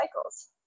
cycles